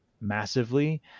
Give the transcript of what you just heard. massively